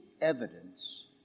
evidence